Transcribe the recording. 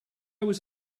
was